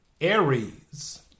Aries